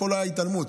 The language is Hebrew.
פה לא הייתה התעלמות,